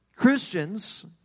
Christians